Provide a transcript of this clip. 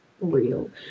real